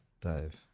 Dave